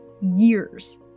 years